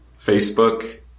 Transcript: Facebook